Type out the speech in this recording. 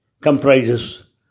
comprises